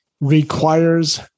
requires